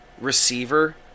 receiver